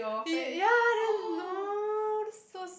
y~ ya then no that's so